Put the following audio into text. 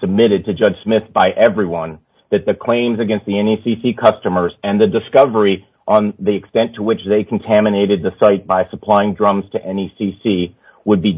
submitted to judge smith by everyone that the claims against the any c c customers and the discovery on the extent to which they contaminated the site by supplying drums to any c c would be